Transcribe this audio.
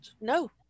no